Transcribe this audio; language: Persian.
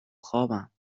خوابم